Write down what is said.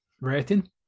rating